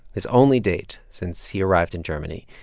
his only date since he arrived in germany.